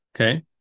Okay